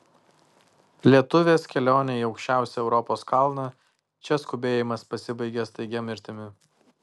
lietuvės kelionė į aukščiausią europos kalną čia skubėjimas pasibaigia staigia mirtimi